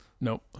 Nope